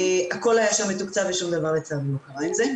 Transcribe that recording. הכול היה שם מתוקצב ושום דבר לצערי לא קרה עם זה.